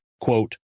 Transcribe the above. quote